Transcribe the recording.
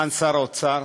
סגן שר האוצר